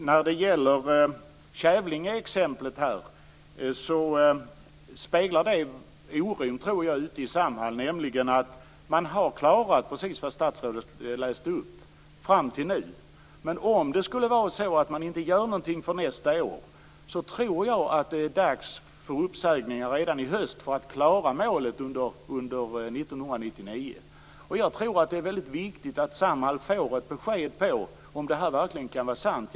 Herr talman! Jag tror att Kävlingeexemplet speglar oron ute i Samhall. Man har hittills klarat precis det som statsrådet läste upp, men om man inte gör någonting för nästa år, tror jag att det är dags för uppsägningar redan i höst för att man skall klara målet under 1999. Jag tror att det är väldigt viktigt att Samhall får ett besked i frågan om att det här verkligen kan vara sant.